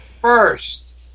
first